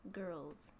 girls